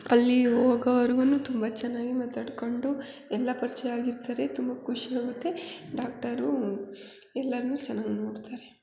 ಅಲ್ಲಿ ಹೋಗೋವರ್ಗೂ ತುಂಬ ಚೆನ್ನಾಗಿ ಮಾತಾಡಿಕೊಂಡು ಎಲ್ಲ ಪರಿಚಯ ಆಗಿರ್ತಾರೆ ತುಂಬ ಖುಷಿಯಾಗುತ್ತೆ ಡಾಕ್ಟರೂ ಎಲ್ಲರನ್ನು ಚೆನ್ನಾಗಿ ನೋಡ್ತಾರೆ